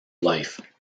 life